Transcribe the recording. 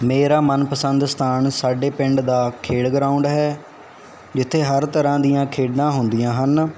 ਮੇਰਾ ਮਨ ਪਸੰਦ ਸਥਾਨ ਸਾਡੇ ਪਿੰਡ ਦਾ ਖੇਡ ਗਰਾਊਂਡ ਹੈ ਜਿੱਥੇ ਹਰ ਤਰ੍ਹਾਂ ਦੀਆਂ ਖੇਡਾਂ ਹੁੰਦੀਆਂ ਹਨ